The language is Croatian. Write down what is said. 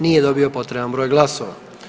Nije dobio potreban broj glasova.